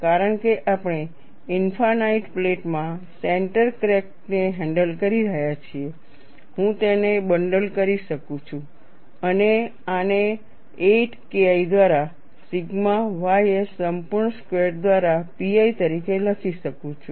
કારણ કે આપણે ઇનફાઇનાઇટ પ્લેટમાં સેન્ટર ક્રેક ને હેન્ડલ કરી રહ્યા છીએ હું તેને બંડલ કરી શકું છું અને આને 8 KI દ્વારા સિગ્મા ys સંપૂર્ણ સ્ક્વેર્ડ દ્વારા pi તરીકે લખી શકું છું